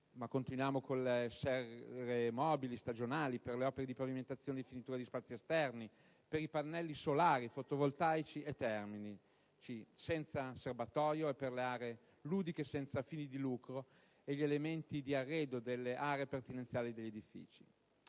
agricola, per le serre mobili stagionali, per le opere di pavimentazione e di finitura di spazi esterni, per i pannelli solari, fotovoltaici e termici, senza serbatoio e per le aree ludiche senza fini di lucro e gli elementi di arredo delle aree pertinenziali degli edifici.